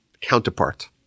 counterpart